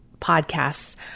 podcasts